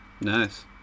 Nice